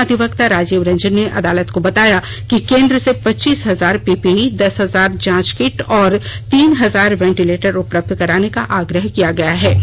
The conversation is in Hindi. महाधिवक्ता राजीव रंजने ने अदालत को बताया कि केंद्र से पच्चीस हजार पीपीई दस हजार जांच किट और तीन हजार वेंटिलेटर उपलब्ध कराने का आग्रह किया गया है